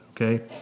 okay